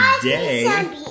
today